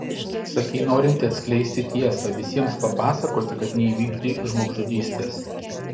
sakei norinti atskleisti tiesą visiems papasakoti kad neįvykdei žmogžudystės